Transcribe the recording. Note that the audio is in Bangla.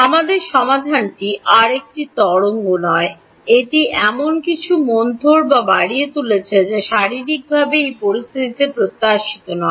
আমাদের সমাধানটি আর একটি তরঙ্গ নয় এটি এমন কিছুকে মন্থর বা বাড়িয়ে তুলছে যা শারীরিকভাবে এই পরিস্থিতিতে প্রত্যাশিত নয়